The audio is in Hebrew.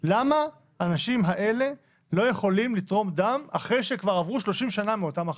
למה האנשים האלה לא יכולים לתרום דם אחרי שכבר עברו 30 שנה מאותה מחלה?